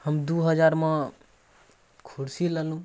हम दुइ हजारमे कुरसी लेलहुँ